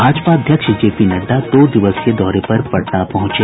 भाजपा अध्यक्ष जेपीनड्डा दो दिवसीय दौरे पर पटना पहुंचे